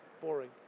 Boring